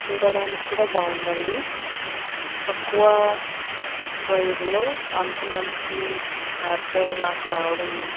చూడడానికి కూడా బాగుందండి తక్కువ ప్రైస్లో అంత మంచి చార్జర్ నాకు రావడం